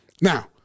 now